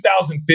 2015